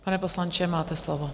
Pane poslanče, máte slovo.